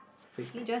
fake